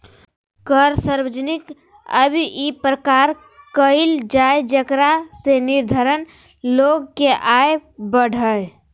कर सार्वजनिक व्यय इ प्रकार कयल जाय जेकरा से निर्धन लोग के आय बढ़य